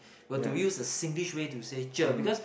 but do use a Singlish way to say cher because